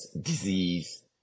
disease